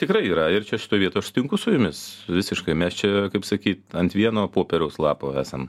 tikrai yra ir čia šitoj vietoj aš sutinku su jumis visiškai mes čia kaip sakyt ant vieno popieriaus lapo esam